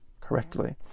correctly